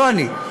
לא אני,